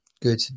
good